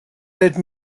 led